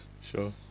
Sure